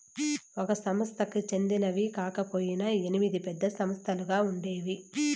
ఒక సంస్థకి చెందినవి కాకపొయినా ఎనిమిది పెద్ద సంస్థలుగా ఉండేవి